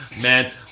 man